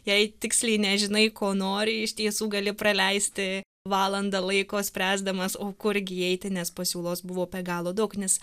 jei tiksliai nežinai ko nori iš tiesų gali praleisti valandą laiko spręsdamas o kurgi eiti nes pasiūlos buvo be galo daug nes